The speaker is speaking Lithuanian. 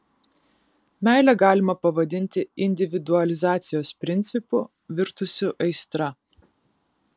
meilę galima pavadinti individualizacijos principu virtusiu aistra